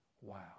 Wow